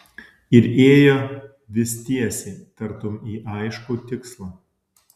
ir ėjo vis tiesiai tartum į aiškų tikslą